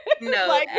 no